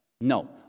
no